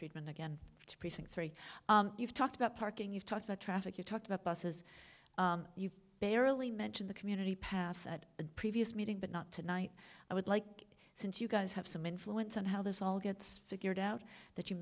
friedman again to precinct three you've talked about parking you've talked about traffic you talked about buses you've barely mentioned the community paff at a previous meeting but not tonight i would like since you guys have some influence on how this all gets figured out that you